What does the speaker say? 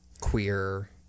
queer